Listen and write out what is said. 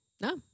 No